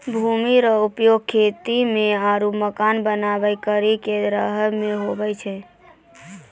भूमि रो उपयोग खेती मे आरु मकान बनाय करि के रहै मे हुवै छै